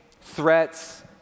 threats